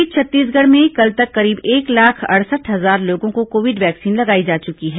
इस बीच छत्तीसगढ़ में कल तक करीब एक लाख अड़सठ हजार लोगों को कोविड वैक्सीन लगाई जा चुकी है